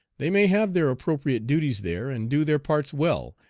they may have their appropriate duties there and do their parts well,